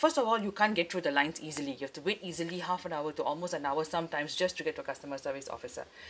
first of all you can't get through the lines easily you've to wait easily half an hour to almost an hour sometimes just to get to a customer service officer